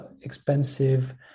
expensive